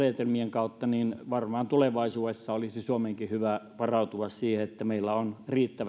kautta varmaan tulevaisuudessa olisi suomenkin hyvä varautua niin että meillä on riittävästi omaa